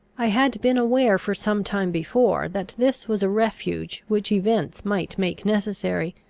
i had been aware for some time before that this was a refuge which events might make necessary,